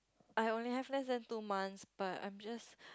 I only have less than two months but I'm just